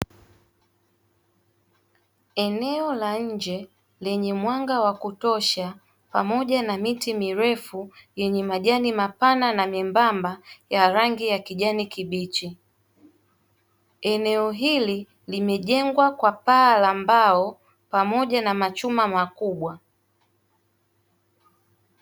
Eneo la nje lenye mwanga wa kutosha, pamoja na miti mirefu yenye majani mapana na miembamba ya rangi ya kijani kibichi. Eneo hili limejengwa kwa paa la mbao pamoja na nguzo za chuma.